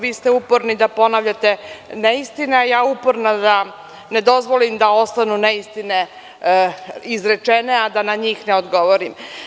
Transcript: Vi ste uporni da ponavljate neistine, a ja uporna da vam ne dozvolim da ostanu ne istine izrečene, a da na njih ne odgovorim.